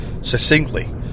Succinctly